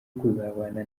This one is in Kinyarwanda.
kuzabana